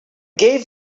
gave